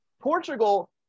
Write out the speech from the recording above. Portugal